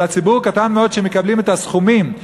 אלא ציבור קטן מאוד שמקבלים את הסכומים.